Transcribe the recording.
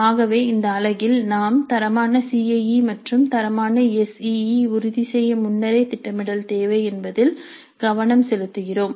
ஆகவே இந்த அலகில் நாம் தரமான சிஐஇ மற்றும் தரமான எஸ் இ இ உறுதி செய்ய முன்னரே திட்டமிடல் தேவை என்பதில் கவனம் செலுத்துகிறோம்